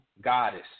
goddess